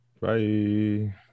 Bye